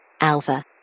Alpha